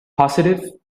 positive